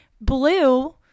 blue